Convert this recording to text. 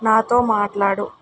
మాతో మాట్లాడు